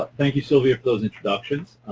ah thank you, sylvia, for those introductions,